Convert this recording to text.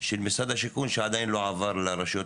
של משרד השיכון שעדיין לא עבר לרשויות